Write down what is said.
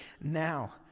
now